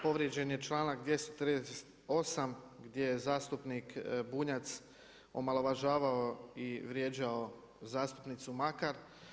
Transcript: Povrijeđen je članak 238. gdje je zastupnik Bunjac omalovažavao i vrijeđao zastupnicu Makar.